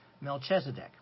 Melchizedek